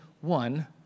one